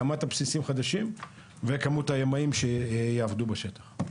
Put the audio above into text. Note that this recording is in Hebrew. הקמת בסיסים חדשים וכמות הימאים שיעבדו בשטח.